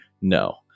no